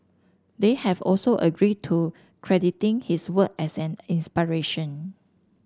they have also agreed to crediting his work as an inspiration